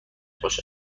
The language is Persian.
باشه